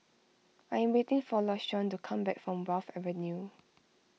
I am waiting for Lashawn to come back from Wharf Avenue